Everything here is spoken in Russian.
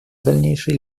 дальнейшей